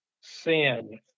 sin